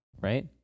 Right